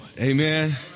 amen